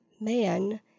man